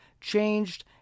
changed